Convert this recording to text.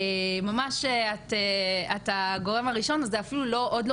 את ממש הגורם הראשון וזה אפילו עוד לא